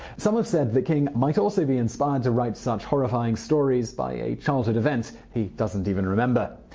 some have said that king might also be inspired to write such horrifying stories by a childhood event he doesn't even remember.